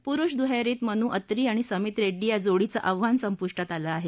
पुरुष दुहेरीत मन्नू अत्री आणि समित रेङ्डी या जोडीचं आव्हान संपुष्टात आलं आहे